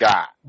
God